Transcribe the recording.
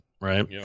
right